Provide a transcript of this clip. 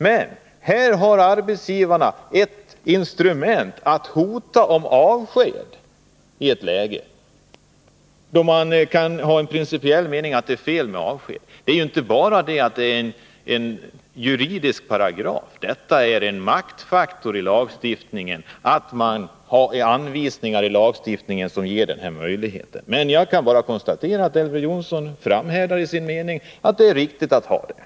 Men här har arbetsgivarna ett instrument som gör att de kan hota med avskedande, trots att det i läget i fråga kan anses vara principiellt felaktigt att avskeda. Det här är inte bara en juridisk paragraf. De möjligheter som lagstiftningen ger härvidlag innebär en maktfaktor. Jag kan bara konstatera att Elver Jonsson framhärdar i sin övertygelse att det är riktigt med det här instrumentet.